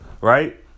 Right